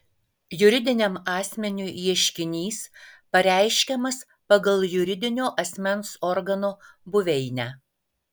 juridiniam asmeniui ieškinys pareiškiamas pagal juridinio asmens organo buveinę